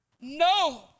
no